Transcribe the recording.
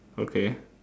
okay